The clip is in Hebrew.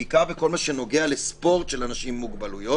בעיקר בכל הנוגע לספורט של אנשים עם מוגבלויות,